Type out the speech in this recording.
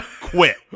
Quit